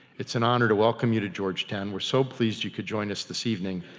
it's an honor to welcome you to georgetown. we're so pleased you could join us this evening.